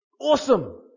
Awesome